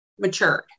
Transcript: matured